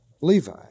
Levi